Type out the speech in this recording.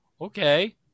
Okay